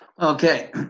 Okay